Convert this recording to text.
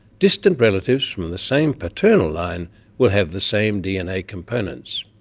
distant relatives from and the same paternal line will have the same dna components.